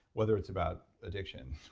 whether it's about addiction,